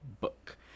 book